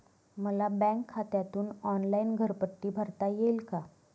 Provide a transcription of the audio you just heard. मला बँक खात्यातून ऑनलाइन घरपट्टी भरता येईल का?